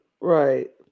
Right